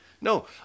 No